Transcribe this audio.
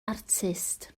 artist